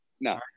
No